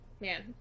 Man